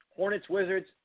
Hornets-Wizards